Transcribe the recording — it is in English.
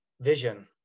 vision